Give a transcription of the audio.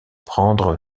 prendre